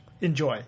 Enjoy